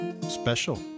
special